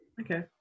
okay